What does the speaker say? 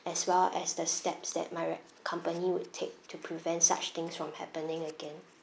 as well as the steps that my rep~ company would take to prevent such things from happening again